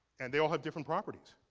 and they all have different properties.